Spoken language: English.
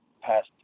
past